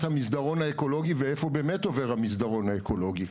המסדרון האקולוגי ואיפה באמת עובר המסדרון האקולוגי.